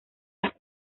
las